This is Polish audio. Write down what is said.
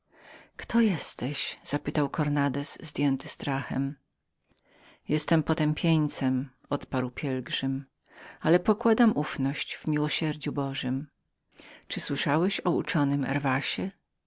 kto jesteś zapytał cornandez zdjęty strachem jestem potępieńcem odparł pielgrzym ale ufam w miłosierdziu bożem czy słyszałeś kiedy o uczonym herwasie